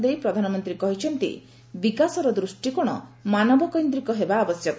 ଦେଇ ପ୍ରଧାନମନ୍ତ୍ରୀ କହିଛନ୍ତି ବିକାଶର ଦୃଷ୍ଟିକୋଣ ମାନବକୈନ୍ଦ୍ରିକ ହେବା ଆବଶ୍ୟକ